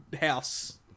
house